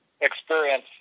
experience